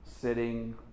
sitting